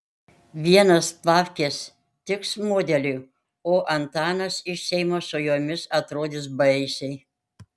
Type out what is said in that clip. vienos plavkės tiks modeliui o antanas iš seimo su jomis atrodys baisiai